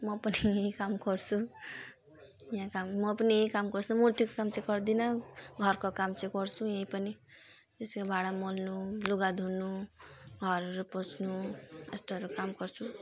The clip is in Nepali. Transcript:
म पनि यहीँ काम गर्छु यहाँ काम म पनि यहीँ काम गर्छु मूर्तिको काम चाहिँ गर्दिनँ घरको काम चाहिँ गर्छु यहीँ पनि जस्तै कि भाँडा मोल्नु लुगा धुनु घरहरू पुछ्नु यस्तोहरू काम गर्छु